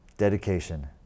Dedication